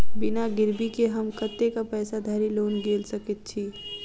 बिना गिरबी केँ हम कतेक पैसा धरि लोन गेल सकैत छी?